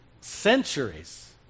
centuries